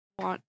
want